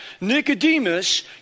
Nicodemus